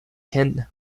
ken